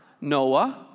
Noah